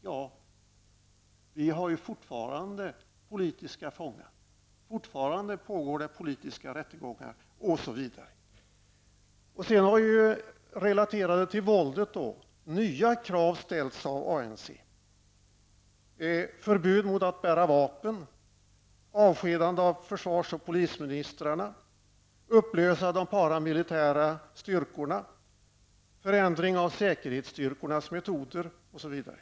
Men det finns fortfarande politiska fångar, fortfarande pågår politiska rättegångar, osv. Sedan har relaterat till våldet nya krav ställts av ANC: Förbud mot att bära vapen, avskedande av försvars och polisministrarna, upplösande av de paramilitära styrkorna, förändring av säkerhetsstyrkornas metoder, osv.